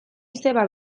izeba